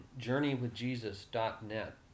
journeywithjesus.net